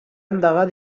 endegar